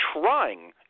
trying